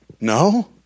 No